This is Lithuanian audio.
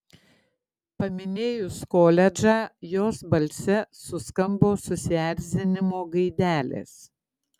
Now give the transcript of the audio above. paminėjus koledžą jos balse suskambo susierzinimo gaidelės